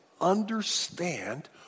understand